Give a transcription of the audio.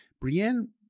Brienne